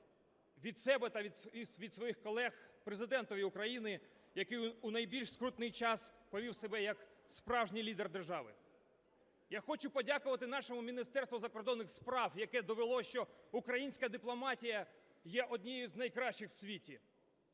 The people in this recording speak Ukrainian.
від себе і від своїх колег Президентові України, який у найбільш скрутний час повів себе як справжній лідер держави. Я хочу подякувати нашому Міністерству закордонних справ, яке довело, що українська дипломатія є однією з найкращих в світі.